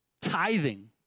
Tithing